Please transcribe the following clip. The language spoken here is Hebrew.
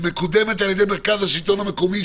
שמקודמת על ידי מרכז השלטון המקומי,